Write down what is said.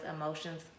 emotions